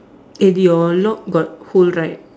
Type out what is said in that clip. eh your lock got hole right